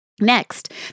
Next